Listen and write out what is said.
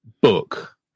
book